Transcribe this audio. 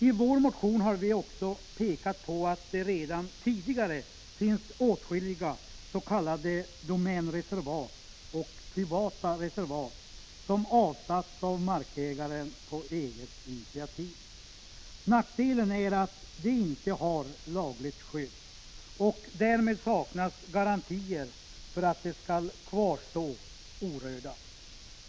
I vår motion har vi också pekat på att det redan tidigare finns åtskilliga s.k. domänreservat och privata reservat, som avsatts av markägaren på eget initiativ. Nackdelen är att dessa inte har lagligt skydd, och därmed saknas garantier för att de skall kvarstå orörda.